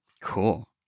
Cool